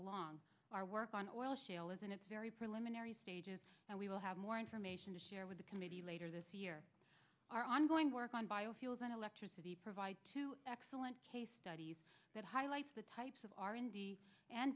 along our work on oil shale is in its very preliminary stages and we will have more information to share with the committee later this year our ongoing work on biofuels and electricity provide two excellent studies that highlights the types of our indy and